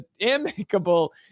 amicable